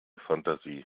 fantasie